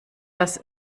das